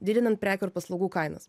didinant prekių ar paslaugų kainas